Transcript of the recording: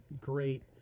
great